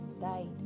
died